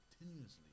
continuously